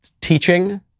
teaching